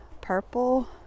purple